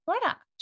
product